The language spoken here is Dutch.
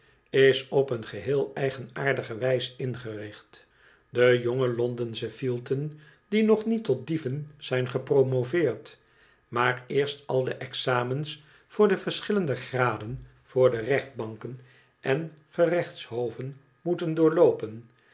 is op eon geheel eigenaardige wijs ingericht de jonge londensche fielten die nog niet tot dieven zijn gepromoveerd maar eerst al de examens voor de verschillende graden voor de rechtbanken en gerechtshoven moeten doorloopen